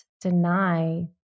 deny